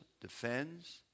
defends